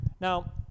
Now